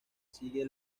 sigue